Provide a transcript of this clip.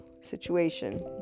situation